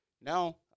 Now